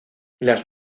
las